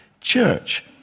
church